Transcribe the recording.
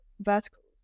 verticals